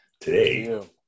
Today